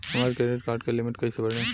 हमार credit card के limit कइसे बढ़ी?